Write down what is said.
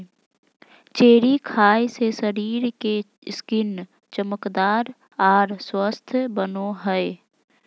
cherry खाय से शरीर के स्किन चमकदार आर स्वस्थ बनो हय